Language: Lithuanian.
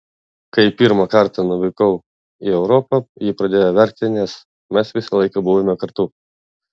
kai pirmą kartą nuvykau į europą ji pradėjo verkti nes mes visą laiką buvome kartu